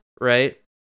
right